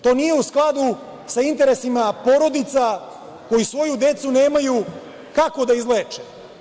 To nije u skladu sa interesima porodica koji svoju decu nemaju kako da izleče.